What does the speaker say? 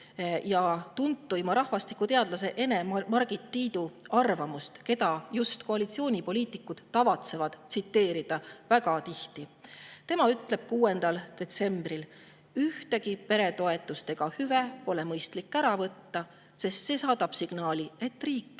ja tuntuima rahvastikuteadlase Ene-Margit Tiidu arvamust, keda just koalitsioonipoliitikud tavatsevad tsiteerida väga tihti. Tema ütles 6. detsembril: "Ühtki peretoetust ega hüve pole mõistlik ära võtta. See saadab signaali, et riik